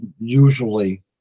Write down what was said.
usually